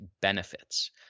benefits